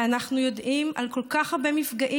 ואנחנו יודעים על כל כך הרבה מפגעים,